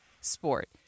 sport